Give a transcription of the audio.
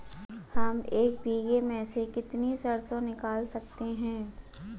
हम एक बीघे में से कितनी सरसों निकाल सकते हैं?